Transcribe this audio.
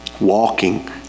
Walking